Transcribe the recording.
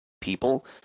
people